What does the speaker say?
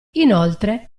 inoltre